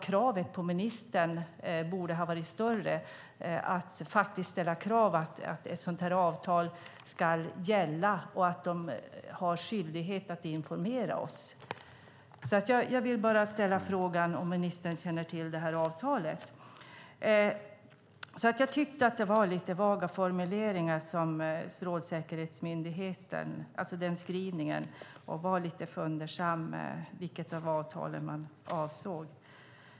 Kravet på ministern borde ha varit större att faktiskt ställa krav på att ett sådant här avtal ska gälla och att de har skyldighet att informera oss. Jag vill bara ställa frågan om ministern känner till det här avtalet. Jag tyckte att det var lite vaga formuleringar när det gällde skrivningen om Strålsäkerhetsmyndigheten och var lite fundersam inför vilket av avtalen man avsåg.